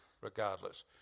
regardless